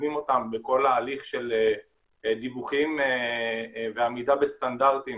מקדמים אותם בכל ההליך של דיווחים ועמידה בסטנדרטים